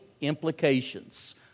implications